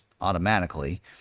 automatically